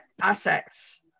assets